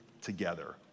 together